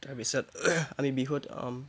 তাৰপিছত আমি বিহুত